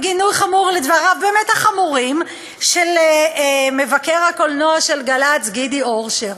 בגינוי חמור לדבריו באמת החמורים של מבקר הקולנוע של גל"צ גידי אורשר.